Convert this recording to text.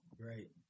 great